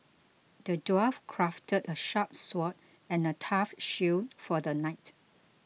the dwarf crafted a sharp sword and a tough shield for the knight